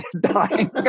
dying